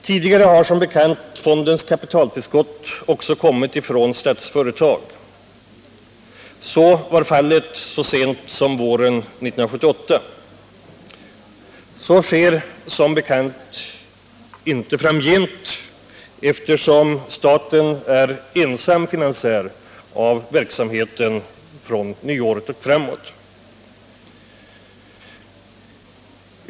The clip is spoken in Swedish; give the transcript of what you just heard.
Tidigare har som bekant delar av fondens kapitaltillskott också kommit från Statsföretag. Så var fallet så sent som på våren 1978, men så sker som bekant inte framgent, eftersom staten numera skall vara ensam finansiär av verksamheten.